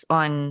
on